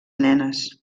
nenes